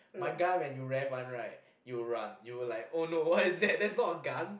my gun when you rev one right you'll run you will like oh no what is that that's not a gun